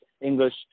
English